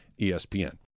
ESPN